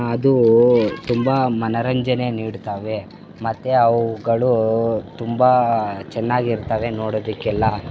ಅದೂ ತುಂಬ ಮನರಂಜನೆ ನೀಡ್ತವೆ ಮತ್ತೆ ಅವುಗಳೂ ತುಂಬ ಚೆನ್ನಾಗಿರ್ತವೆ ನೋಡೋದಕ್ಕೆಲ್ಲ